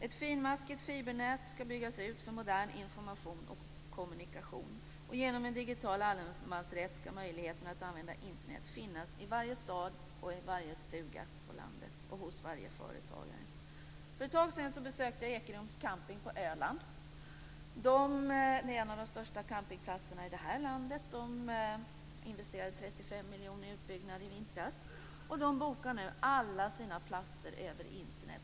Ett finmaskigt fibernät skall byggas ut för modern information och kommunikation. Genom en digital allemansrätt skall möjligheten att använda Internet finnas i varje stad, i varje stuga på landet och hos varje företagare. För ett tag sedan besökte jag Ekerums camping på Öland. Det är en av de största campingplatserna i det här landet. Man investerade 35 miljoner i utbyggnad i vintras, och man bokar nu alla sina platser över Internet.